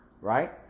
Right